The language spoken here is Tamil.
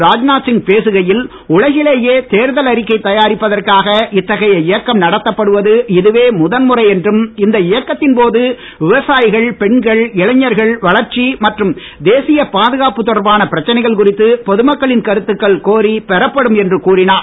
ராஜ்நாத் சிங் பேசுகையில் உலகிலேயே தேர்தல் அறிக்கை தயாரிப்பதற்காக இத்தகைய இயக்கம் நடத்தப்படுவது இதுவே முதல்முறை என்றும் இந்த இயக்கத்தின் போது விவசாயிகள் பெண்கள் இளைஞர்கள் வளர்ச்சி மற்றும் தேசிய பாதுகாப்பு தொடர்பான பிரச்சனைகள் குறித்து பொதுமக்களின் கருத்துக்கள் கோரிப் பெறப்படும் என்றும் கூறினார்